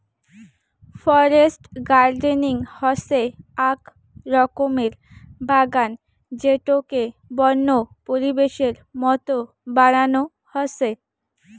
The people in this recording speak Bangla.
ফরেস্ট গার্ডেনিং হসে আক রকমের বাগান যেটোকে বন্য পরিবেশের মত বানানো হসে